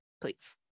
Please